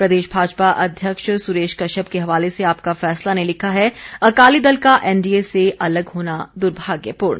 प्रदेश भाजपा अध्यक्ष सुरेश कश्यप के हवाले से आपका फैसला ने लिखा है अकाली दल का एनडीए से अलग होना दुर्भाग्यपूर्ण